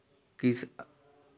किस